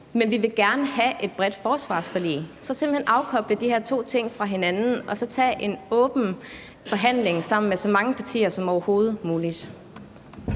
men at man gerne vil have et bredt forsvarsforlig, altså at man simpelt hen afkobler de her to ting fra hinanden og så tager en åben forhandling med så mange partier som overhovedet muligt?